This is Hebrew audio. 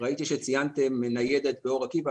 ראיתי שציינתם ניידת באור עקיבא,